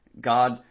God